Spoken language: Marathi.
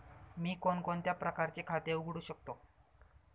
मी कोणकोणत्या प्रकारचे खाते उघडू शकतो?